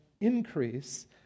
increase